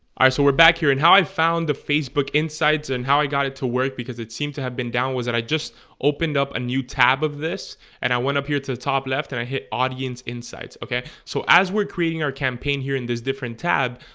so we're back here, and how i found the facebook insights and how i got it to work because it seemed to have been downwards and i just opened up a new tab of this and i went up here to the top left and i hit audience insights okay, so as we're creating our campaign here in this different tab.